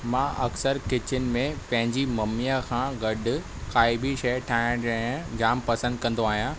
मां अक्सरि किचन में पंहिंजी मम्मीअ खां गॾु काई बि शइ ठाहे ॾियणु जाम पसंदि कंदो आहियां